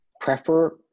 prefer